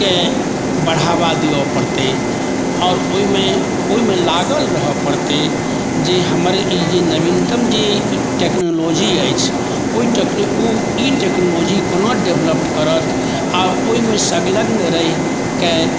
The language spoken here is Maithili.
के बढ़ावा दिअ पड़तै आओर ओहि मे लागल रहै पड़तै जे हमर ई जे नवीनतम जे टेक्नोलोजी अछि ई टेक्नोलोजी कोना डेवलप करत आ ओहि मे संलग्न रहिकऽ